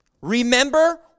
Remember